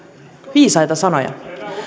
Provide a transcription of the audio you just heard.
viisaita sanoja